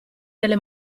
delle